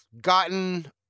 gotten